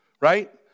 Right